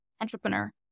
Entrepreneur